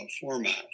format